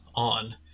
on